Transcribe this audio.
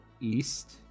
east